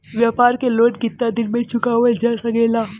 व्यापार के लोन कितना दिन मे चुकावल जा सकेला?